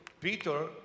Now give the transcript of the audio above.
Peter